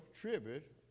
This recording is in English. tribute